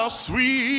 Sweet